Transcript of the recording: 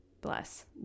bless